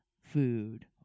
food